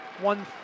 one